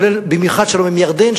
במיוחד עם ירדן,